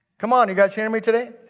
come on. you guys hear me today?